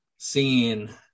Seeing